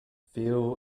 few